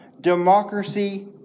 democracy